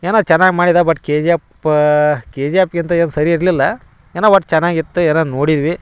ಏನೋ ಚೆನ್ನಾಗಿ ಮಾಡಿದ but K G F K G ಎಪ್ಗಿಂತ ಏನೂ ಸರಿ ಇರಲಿಲ್ಲ ಏನೋ ಒಟ್ಟು ಚೆನ್ನಾಗಿತ್ತು ಏನೋ ನೋಡಿದ್ವಿ